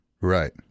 Right